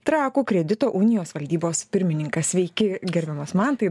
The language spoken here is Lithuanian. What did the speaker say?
trakų kredito unijos valdybos pirmininkas sveiki gerbiamas mantai